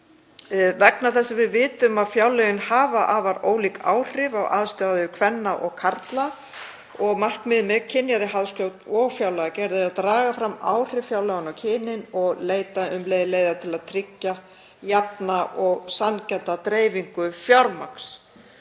þessu kemur. Við vitum að fjárlögin hafa afar ólík áhrif á aðstæður kvenna og karla og markmiðið með kynjaðri hagstjórn og fjárlagagerð er að draga fram áhrif fjárlaganna á kynin og leita um leið leiða til að tryggja jafna og sanngjarna dreifingu fjármagns.